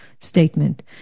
statement